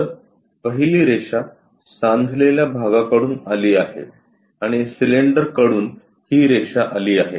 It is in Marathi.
तर पहिली रेषा सांधलेल्या भागाकडून आली आहे आणि सिलेंडर कडून ही रेषा आली आहे